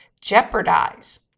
jeopardize